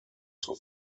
zur